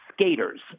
skaters